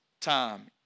time